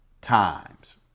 times